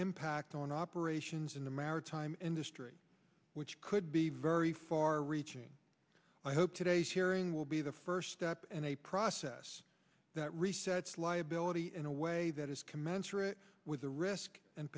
impact on operations in the maritime industry which could be very far reaching i hope today's hearing will be the first step and a process that resets liability in a way that is commensurate with the risk and